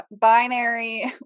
binary